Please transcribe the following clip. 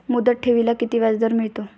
मुदत ठेवीला किती व्याजदर मिळतो?